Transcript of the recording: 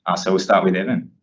ah so we'll start with evan.